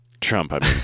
Trump